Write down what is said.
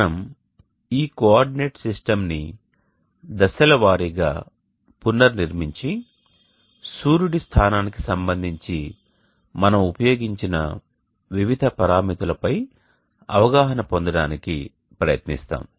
మనం ఈ కోఆర్డినేట్ సిస్టమ్ని దశలవారీగా పునర్నిర్మించి సూర్యుడి స్థానానికి సంబంధించి మనం ఉపయోగించిన వివిధ పరామితులపై అవగాహన పొందడానికి ప్రయత్నిస్తాము